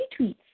retweets